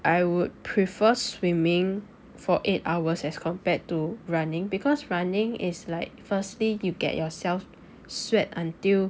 I would prefer swimming for eight hours as compared to running because running is like firstly you get yourself sweat until